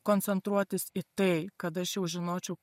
koncentruotis į tai kad aš jau žinočiau